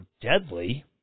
deadly